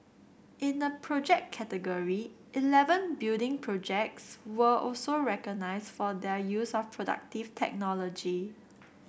in the Project category eleven building projects were also recognised for their use of productive technology